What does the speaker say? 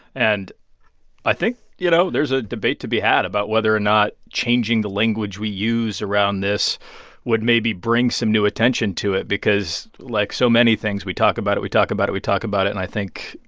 and i think, you know, there's a debate to be had about whether or not changing the language we use around this would maybe bring some new attention to it because, like so many things, we talk about it. we talk about it. we talk about it. and i think,